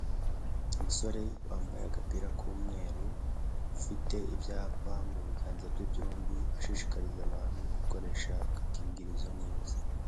Umusore wambaye agapira k'umweru, ufite ibyapa mu biganza bye byombi ashishikariza abantu gukoresha agakingirizo neza.